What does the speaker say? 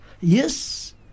Yes